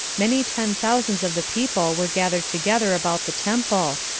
many ten thousands of the people were gathered together about the temple,